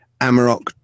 Amarok